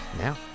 now